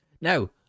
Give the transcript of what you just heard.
now